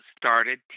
started